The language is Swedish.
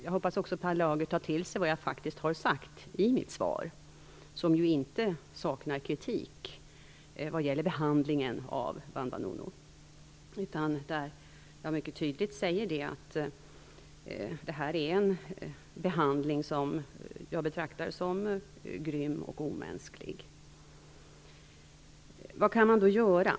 Jag hoppas också att Per Lager tar till sig vad jag faktiskt har sagt i mitt svar, som inte saknar kritik vad gäller behandlingen av Vanunu. Jag sade mycket tydligt att det här är en behandling som jag betraktar som grym och omänsklig. Vad kan man då göra?